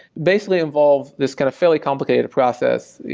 basically involve this kind of fairly complicated process,